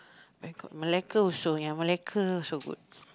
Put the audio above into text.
Bangkok Malacca also ya Malacca also good